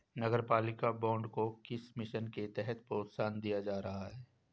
नगरपालिका बॉन्ड को किस मिशन के तहत प्रोत्साहन दिया जा रहा है?